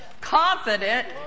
confident